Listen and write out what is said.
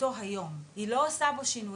במתכונתו היום, היא לא עושה בו שינויים.